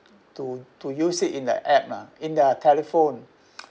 to to use it in the app lah in the telephone